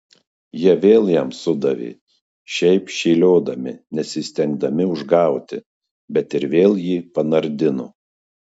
jie vėl jam sudavė šiaip šėliodami nesistengdami užgauti bet ir vėl jį panardino